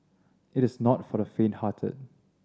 it's not for the fainthearted